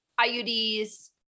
IUDs